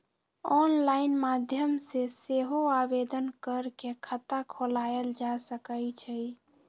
online माध्यम से सेहो आवेदन कऽ के खता खोलायल जा सकइ छइ